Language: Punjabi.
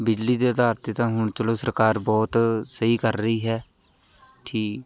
ਬਿਜਲੀ ਦੇ ਅਧਾਰ 'ਤੇ ਤਾਂ ਹੁਣ ਚਲੋ ਸਰਕਾਰ ਬਹੁਤ ਸਹੀ ਕਰ ਰਹੀ ਹੈ ਜੀ